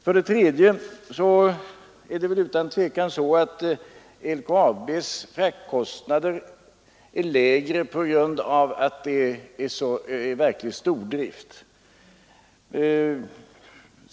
För det tredje är det utan tvivel så att LKAB:s fraktkostnader är lägre på grund av att LKAB har verklig stordrift.